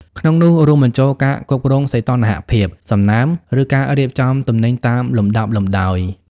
ក្នុងនោះ រួមបញ្ចូលការគ្រប់គ្រងសីតុណ្ហភាព សំណើម ឬការរៀបចំទំនិញតាមលំដាប់លំដោយ។